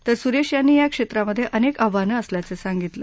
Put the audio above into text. तर सुरेश यांनी या क्षेत्रामध्ये अनेक आव्हानं असल्याचं सांगितलं